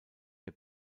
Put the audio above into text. der